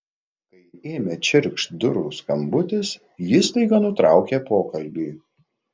kai ėmė čirkšt durų skambutis ji staiga nutraukė pokalbį